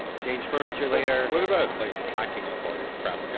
change furniture later what about like packing up all your crap? like